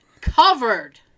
covered